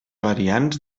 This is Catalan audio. variants